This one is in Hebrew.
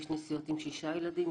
יש נסיעות עם שישה ילדים,